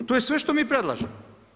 To je sve što mi predlažemo.